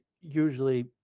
usually